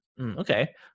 Okay